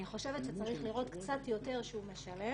אני חושבת שצריך לראות קצת יותר שהוא באמת משלם,